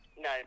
No